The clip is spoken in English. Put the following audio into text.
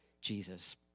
Jesus